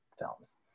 films